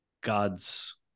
God's